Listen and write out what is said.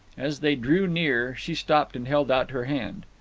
as they drew near, she stopped and held out her hand.